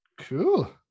Cool